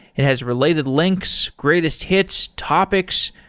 it has related links, greatest hits, topics.